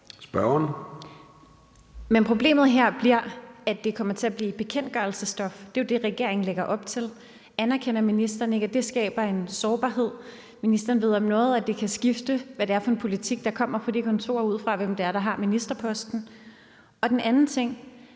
Men problemet her er, at det kommer til at blive bekendtgørelsesstof – det er jo det, regeringen lægger op til. Anerkender ministeren ikke, at det skaber en sårbarhed? Ministeren ved om nogen, at det kan skifte, hvad det er for en politik, der kommer ud fra det kontor, alt efter hvem der har ministerposten. Den anden ting: